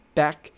back